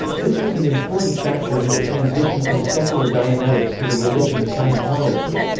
this was an important factor in the transition from secular dianetics to the religion of scientology.